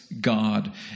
God